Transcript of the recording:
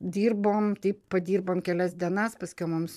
dirbom taip padirbom kelias dienas paskiau mums